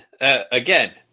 again